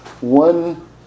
One